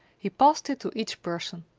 he passed it to each person.